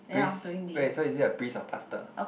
priest wait so is it a priest or pastor